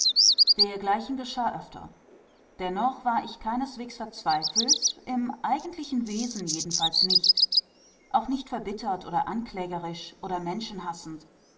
dergleichen geschah öfter dennoch war ich keineswegs verzweifelt im eigentlichen wesen jedenfalls nicht auch nicht verbittert oder anklägerisch oder menschenhassend